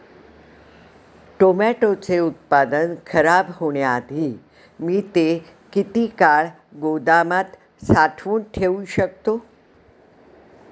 टोमॅटोचे उत्पादन खराब होण्याआधी मी ते किती काळ गोदामात साठवून ठेऊ शकतो?